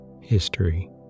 History